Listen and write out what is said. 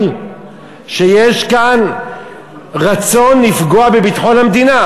שיש כאן רצון לפגוע בביטחון המדינה.